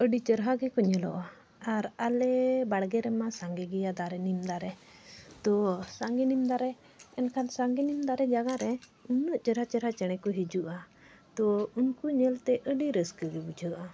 ᱟᱹᱰᱤ ᱪᱮᱨᱦᱟ ᱜᱮᱠᱚ ᱧᱮᱞᱚᱜᱼᱟ ᱟᱨ ᱟᱞᱮ ᱵᱟᱲᱜᱮ ᱨᱮᱢᱟ ᱥᱟᱸᱜᱮ ᱜᱮᱭᱟ ᱫᱟᱨᱮ ᱱᱤᱢ ᱫᱟᱨᱮ ᱛᱚ ᱥᱟᱸᱜᱮ ᱱᱤᱢ ᱫᱟᱨᱮ ᱮᱱᱠᱷᱟᱱ ᱥᱟᱸᱜᱮ ᱱᱤᱢ ᱫᱟᱨᱮ ᱡᱟᱜᱟ ᱨᱮ ᱩᱱᱟᱹᱜ ᱪᱮᱨᱦᱟ ᱪᱮᱦᱨᱟ ᱪᱮᱬᱮ ᱠᱚ ᱦᱤᱡᱩᱜᱼᱟ ᱛᱚ ᱩᱱᱠᱩ ᱧᱮᱞ ᱛᱮ ᱟᱹᱰᱤ ᱨᱟᱹᱥᱠᱟᱹ ᱜᱮ ᱵᱩᱡᱷᱟᱹᱜᱼᱟ